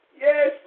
Yes